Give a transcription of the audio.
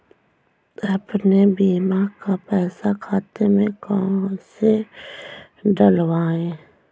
अपने बीमा का पैसा खाते में कैसे डलवाए?